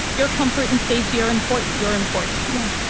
your comfort and safety are important. your important yeah.